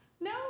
No